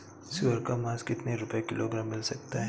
सुअर का मांस कितनी रुपय किलोग्राम मिल सकता है?